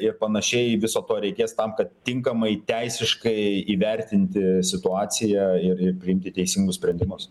ir panašiai viso to reikės tam kad tinkamai teisiškai įvertinti situaciją ir ir priimti teisingus sprendimus